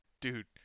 dude